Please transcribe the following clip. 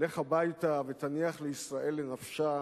לך הביתה, ותניח לישראל לנפשה.